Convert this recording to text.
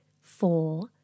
four